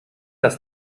das